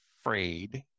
afraid